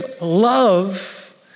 love